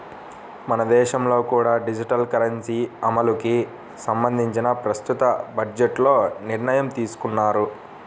మన దేశంలో కూడా డిజిటల్ కరెన్సీ అమలుకి సంబంధించి ప్రస్తుత బడ్జెట్లో నిర్ణయం తీసుకున్నారు